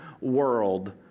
world